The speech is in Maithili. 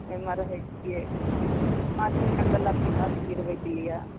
ओहिमे रहैत छियै पाँच मिनट लग्गी रहत गिरबैके लिए